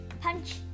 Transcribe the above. Punch